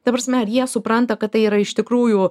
ta prasme jie supranta kad tai yra iš tikrųjų